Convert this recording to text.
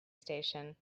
station